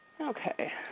Okay